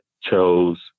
chose